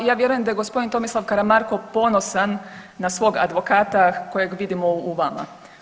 Pa ja vjerujem da je gospodin Tomislav Karamarko ponosan na svog advokata kojeg vidimo u vama.